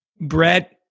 Brett